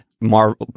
Marvel